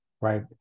right